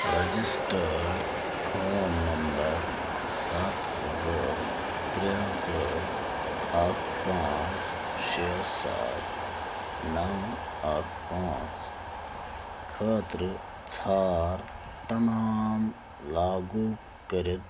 registered phone number سَتھ زٕ ترٛےٚ زٕ اکھ پانٛژھ شےٚ سَتھ نَو اکھ پانٛژھ خٲطرٕ ژھار تمام لاگو کٔرِتھ